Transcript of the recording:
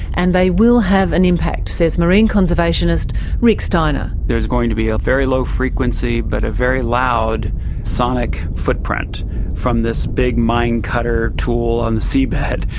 and they will have an impact, says marine conservationist rick steiner. there's going to be a very low frequency but a very loud sonic footprint from this big mine cutter tool on the seabed,